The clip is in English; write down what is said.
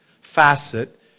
facet